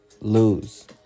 lose